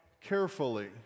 carefully